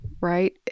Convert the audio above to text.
right